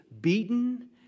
beaten